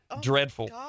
dreadful